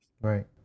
Right